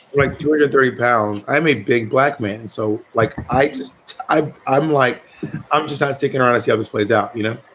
like two or and three pounds. i'm a big black man. so, like, i just i'm i'm like i'm just not sticking around. i see how this plays out, you know?